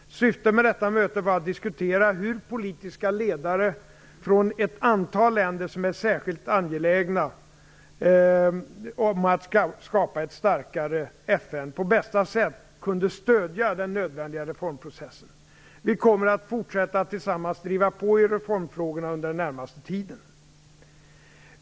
Syftet med detta möte var att diskutera hur politiska ledare från ett antal länder som är särskilt angelägna om att skapa ett starkare FN på bästa sätt kunde stödja den nödvändiga reformprocessen. Vi kommer att fortsätta att tillsammans driva på i reformfrågorna under den närmaste tiden.